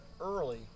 early